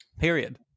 Period